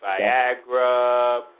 Viagra